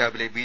രാവിലെ ബി